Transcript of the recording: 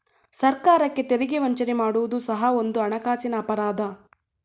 ಸರ್ಕಾರಕ್ಕೆ ತೆರಿಗೆ ವಂಚನೆ ಮಾಡುವುದು ಸಹ ಒಂದು ಹಣಕಾಸಿನ ಅಪರಾಧ